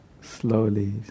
slowly